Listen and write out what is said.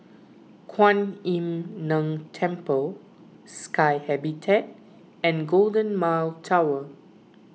Kuan Im Tng Temple Sky Habitat and Golden Mile Tower